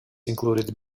included